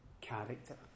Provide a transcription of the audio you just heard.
character